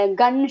gun